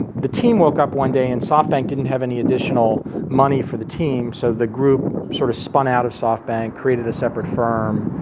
the team woke up one day and softbank didn't have any additional money for the team. so the group sort of spun out of softbank, created a separate firm,